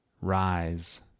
rise